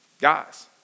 Guys